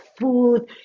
food